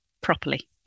properly